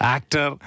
Actor